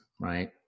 Right